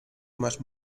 más